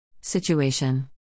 situation